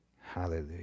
Hallelujah